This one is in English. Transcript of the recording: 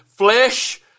Flesh